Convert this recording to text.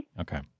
Okay